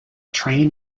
train